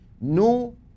no